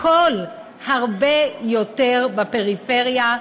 הכול הרבה יותר בפריפריה,